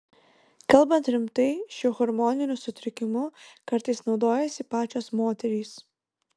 kalbant rimtai šiuo hormoniniu sutrikimu kartais naudojasi pačios moterys